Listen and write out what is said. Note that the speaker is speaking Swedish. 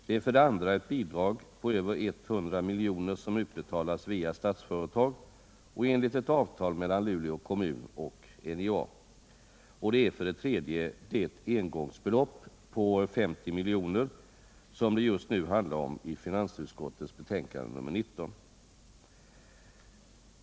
Det är för det andra ett bidrag på över 100 miljoner, som utbetalas via Statsföretag enligt ett avtal mellan Luleå kommun och NJA. Det är för det tredje det engångsbelopp på 50 miljoner som det just nu handlar om i finansutskottets betänkande nr 19.